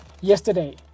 yesterday